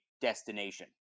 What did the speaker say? destination